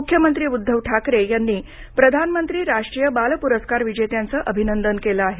मुख्यंत्री उद्धव ठाकरे यांनी प्रधानमंत्री राष्ट्रीय बाल पुरस्कार विजेत्यांचं अभिनंदन केलं आहे